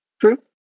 True